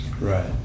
Right